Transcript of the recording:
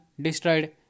destroyed